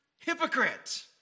Hypocrite